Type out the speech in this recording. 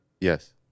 Yes